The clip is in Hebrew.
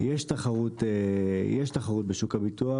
יש תחרות בשוק הביטוח.